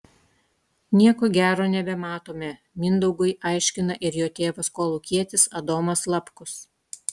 nieko gero nebematome mindaugui aiškina ir jo tėvas kolūkietis adomas lapkus